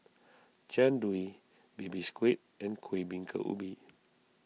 Jian Dui Baby Squid and Kuih Bingka Ubi